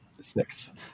Six